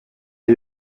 les